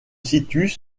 situent